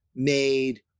made